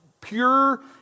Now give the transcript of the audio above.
pure